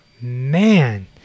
Man